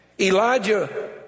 Elijah